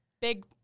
Big